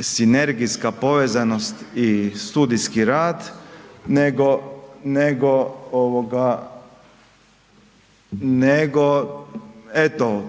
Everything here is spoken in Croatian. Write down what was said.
sinergijska povezanost i studijski rad, nego eto,